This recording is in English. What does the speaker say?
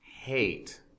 hate